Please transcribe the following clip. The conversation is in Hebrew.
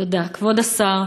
תודה, כבוד השר,